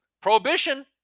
prohibition